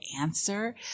answer